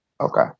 Okay